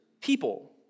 people